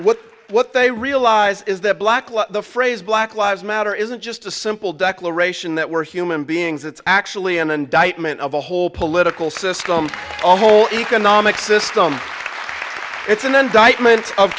what what they realize is that black the phrase black lives matter isn't just a simple declaration that we're human beings it's actually an indictment of the whole political system whole economic system it's an indictment of